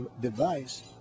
device